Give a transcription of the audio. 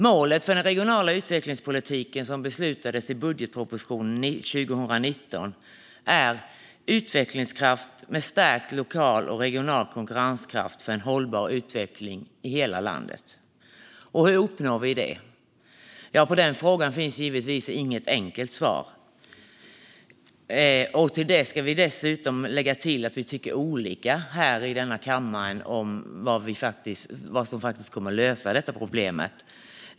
Målet för den regionala utvecklingspolitiken som beslutades i budgetpropositionen 2019 är utvecklingskraft med stärkt lokal och regional konkurrenskraft för en hållbar utveckling i hela landet. Hur uppnår vi det? Ja, på den frågan finns givetvis inget enkelt svar, och det ska dessutom tilläggas att vi här i kammaren tycker olika om vad som faktiskt kommer att lösa problemet.